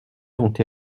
dont